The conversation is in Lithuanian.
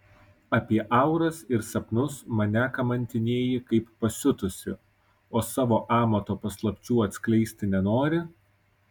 apie auras ir sapnus mane kamantinėji kaip pasiutusi o savo amato paslapčių atskleisti nenori